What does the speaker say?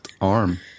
arm